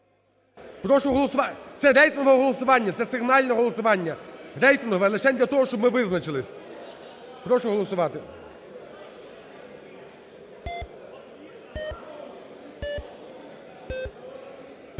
Прошу голосувати. Це рейтингове голосування, це сигнальне голосування. Рейтингове лишень для того, щоб ми визначились. Прошу голосувати.